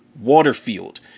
Waterfield